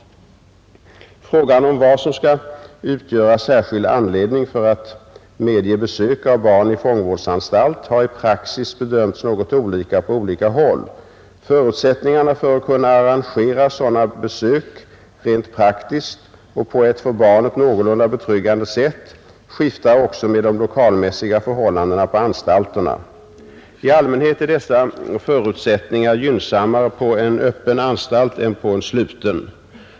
Frågan om vad som skall utgöra särskild anledning för att medge besök av barn i fångvårdsanstalt har i praxis bedömts något olika på olika håll. Förutsättningarna för att kunna arrangera sådana besök rent praktiskt och på ett för barnet någorlunda betryggande sätt skiftar också med de lokalmässiga förhållandena på anstalterna. I allmänhet är dessa förutsättningar gynnsammare på en öppen anstalt än på en sluten.